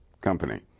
Company